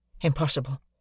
Impossible